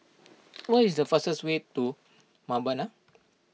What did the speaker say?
what is the fastest way to Mbabana